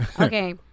Okay